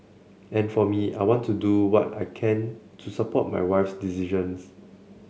and for me I want to do what I can to support my wife decisions